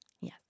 yes